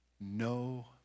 No